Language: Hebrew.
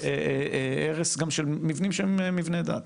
והרס מבנים שהם מבני דת.